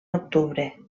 octubre